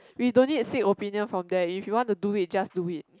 we don't need to seek opinion from them if you want to do it just do it